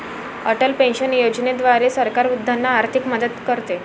Atal pension योजनेद्वारे सरकार वृद्धांना आर्थिक मदत करते